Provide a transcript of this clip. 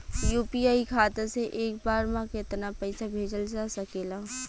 UPI खाता से एक बार म केतना पईसा भेजल जा सकेला?